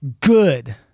good